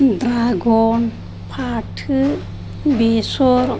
dragon फाथो बेसर